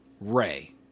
Ray